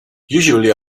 usually